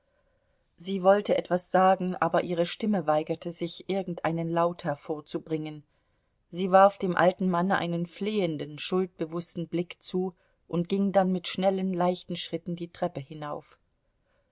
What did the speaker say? sie wollte etwas sagen aber ihre stimme weigerte sich irgendeinen laut hervorzubringen sie warf dem alten manne einen flehenden schuldbewußten blick zu und ging dann mit schnellen leichten schritten die treppe hinauf